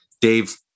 dave